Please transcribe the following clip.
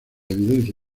evidencia